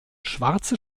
schwarze